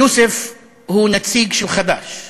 יוסף הוא נציג של חד"ש,